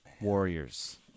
Warriors